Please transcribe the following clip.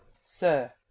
sir